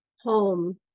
home